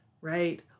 right